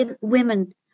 women